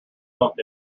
pumped